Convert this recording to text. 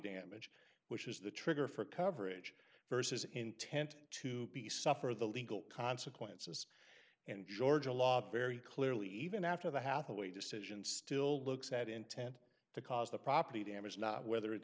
damage which is the trigger for coverage vs intent to be suffer the legal consequences and georgia law very clearly even after the hathaway decision still looks at intent to cause the property damage not whether it